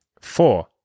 four